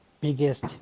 biggest